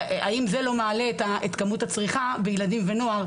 האם זה לא מעלה את כמות הצריכה בילדים ונוער,